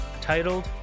titled